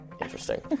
Interesting